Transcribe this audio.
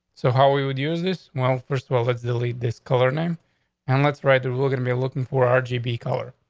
so how we would use this. well, first of all, let's delete this color name and let's right there. we're gonna be looking for um rgb color.